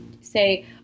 say